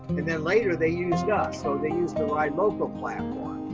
and then later, they used us, so they used the ride local platform.